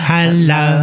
Hello